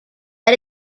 led